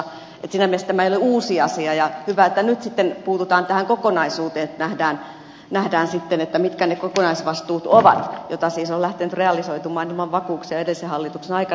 siinä mielessä tämä ei ole uusi asia ja hyvä että nyt sitten puututaan tähän kokonaisuuteen että nähdään sitten mitkä ne kokonaisvastuut ovat jotka siis ovat lähteneet realisoitumaan ilman vakuuksia edellisen hallituksen aikana